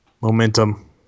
momentum